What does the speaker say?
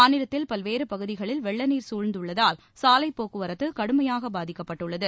மாநிலத்தில் பல்வேறு பகுதிகளில் வெள்ள நீர் சூழ்ந்துள்ளதால் சாலை போக்குவரத்து கடுமையாக பாதிக்கப்பட்டுள்ளது